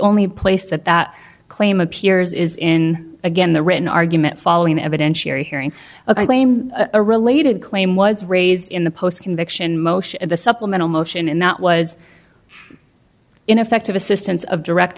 only place that that claim appears is in again the written argument following evidentiary hearing a claim a related claim was raised in the post conviction motion in the supplemental motion and that was ineffective assistance of direct